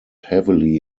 heavily